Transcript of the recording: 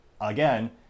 again